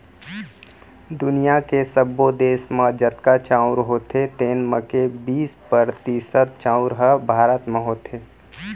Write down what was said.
दुनियॉ के सब्बो देस म जतका चाँउर होथे तेन म के बीस परतिसत चाउर ह भारत म होथे